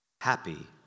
Happy